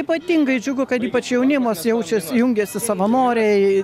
ypatingai džiugu kad ypač jaunimas jaučiasi jungiasi savanoriai